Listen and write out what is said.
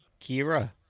kira